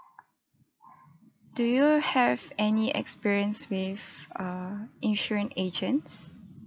do you have any experience with err insurance agents